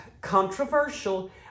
controversial